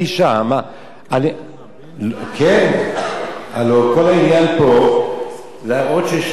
הלוא כל העניין פה להראות שישנה איזושהי אפליה.